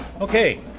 Okay